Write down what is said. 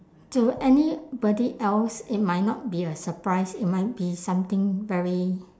to anybody else it might not be a surprise it might be something very